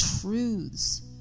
truths